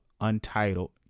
Untitled